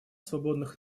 свободных